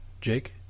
Jake